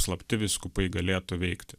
slapti vyskupai galėtų veikti